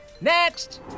Next